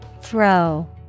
Throw